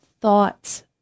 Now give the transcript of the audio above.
thoughts